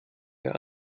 ihr